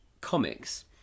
comics